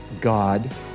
God